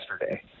yesterday